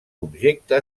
objecte